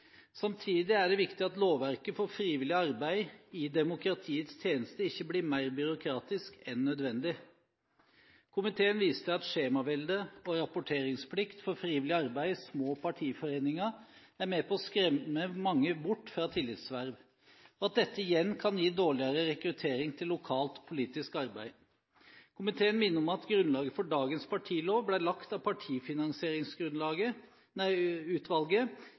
Samtidig er det viktig at lovverket for frivillig arbeid i demokratiets tjeneste ikke blir mer byråkratisk enn nødvendig. Komiteen viser til at skjemavelde og rapporteringsplikt for frivillig arbeid i små partiforeninger er med på å skremme mange bort fra tillitsverv, og at dette igjen kan gi dårligere rekruttering til lokalt politisk arbeid. Komiteen minner om at grunnlaget for dagens partilov ble lagt av Partifinansieringsutvalget, NOU 2004: 25. Utvalget